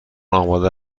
آماده